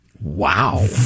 Wow